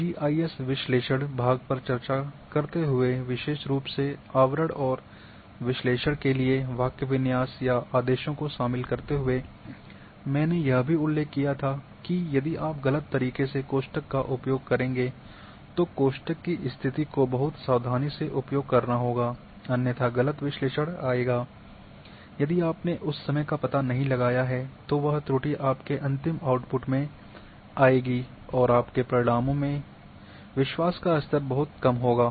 GIS विश्लेषण भाग पर चर्चा करते हुए विशेष रूप से आवरण और विश्लेषण के लिए वाक्यविन्यास या आदेशों को शामिल करते हुए मैंने यह भी उल्लेख किया था कि यदि आप गलत तरीके से कोष्ठक का उपयोग करेंगे तो कोष्ठक की स्थिति को बहुत सावधानी से उपयोग करना होगा अन्यथा गलत विश्लेषण आएगा यदि आपने उस समय का पता नहीं लगाया है तो वह त्रुटि आपके अंतिम आउट्पुट में आएगा और आपके परिणामों में विश्वास का स्तर बहुत कम होगा